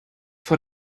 vor